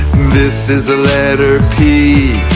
this is the letter p